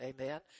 Amen